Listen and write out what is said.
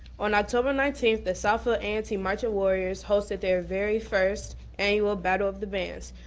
on october nineteenth, the southfield a and t marching warriors hosted their very first annual battle of the bands.